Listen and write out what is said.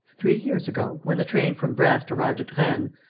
three years ago, when the train from brest arrived at rennes,